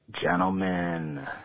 Gentlemen